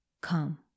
come